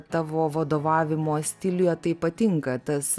tavo vadovavimo stiliuje tai patinka tas